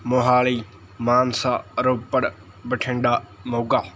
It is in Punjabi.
ਮੋਹਾਲੀ ਮਾਨਸਾ ਰੋਪੜ ਬਠਿੰਡਾ ਮੋਗਾ